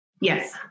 Yes